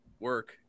work